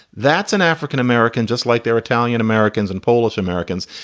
that's an african-american, just like they're italian americans and polish americans.